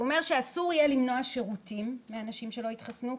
הוא אומר שאסור יהיה למנוע שירותים מאנשים שלא התחסנו.